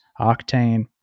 Octane